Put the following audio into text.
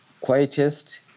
quietest